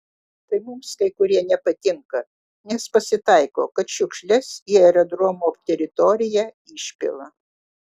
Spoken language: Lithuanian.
tai mums kai kurie nepatinka nes pasitaiko kad šiukšles į aerodromo teritoriją išpila